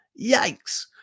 Yikes